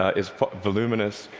ah is voluminous,